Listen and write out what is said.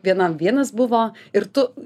vienam vienas buvo ir tu